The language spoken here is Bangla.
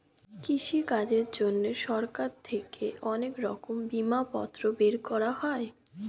কৃষিকাজের জন্যে সরকার থেকে অনেক রকমের বিমাপত্র বের করা হয়